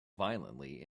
violently